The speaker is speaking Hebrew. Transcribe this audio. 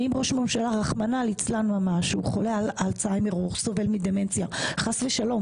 הרי אם ראש הממשלה רחמנא ליצלן חולה אלצהיימר או סובל מדמנציה חס ושלום,